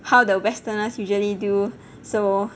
how the westerners usually do so